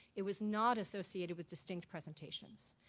it was not associated with distinct presentations.